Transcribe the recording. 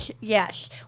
yes